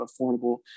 affordable